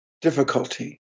difficulty